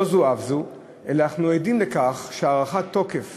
לא זו אף זו, אנחנו עדים לכך שהארכת התוקף